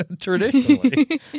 Traditionally